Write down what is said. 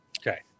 Okay